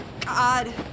God